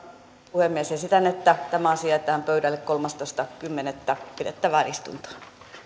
puhemies esitän että tämä asia jätetään pöydälle kolmastoista kymmenettä pidettävään istuntoon